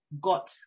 Got